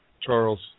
Charles